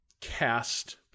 cast